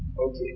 okay